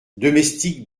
domestique